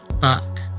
fuck